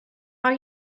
are